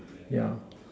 yeah